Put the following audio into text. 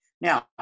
Now